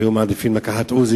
היו מעדיפים לקחת "עוזי",